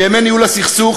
בימי ניהול הסכסוך